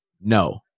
no